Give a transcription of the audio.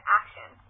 action